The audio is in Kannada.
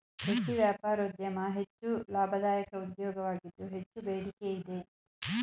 ಕೃಷಿ ವ್ಯಾಪಾರೋದ್ಯಮ ಹೆಚ್ಚು ಲಾಭದಾಯಕ ಉದ್ಯೋಗವಾಗಿದ್ದು ಹೆಚ್ಚು ಬೇಡಿಕೆ ಇದೆ